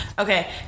Okay